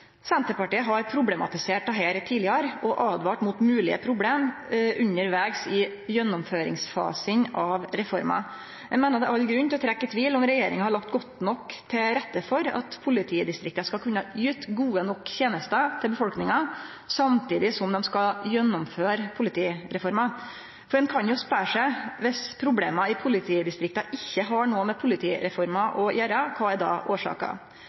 Senterpartiet har problematisert dette tidlegare og åtvara mot moglege problem undervegs i gjennomføringsfasen av reforma. Eg meiner det er all grunn til å trekkje i tvil om regjeringa har lagt godt nok til rette for at politidistrikta skal kunne yte gode nok tenester til befolkninga, samtidig som dei skal gjennomføre politireforma, for ein kan jo spørje seg: Viss problema i politidistrikta ikkje har noko med politireforma å gjere, kva er då årsaka?